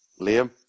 Liam